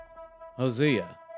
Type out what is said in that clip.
Hosea